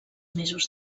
mesos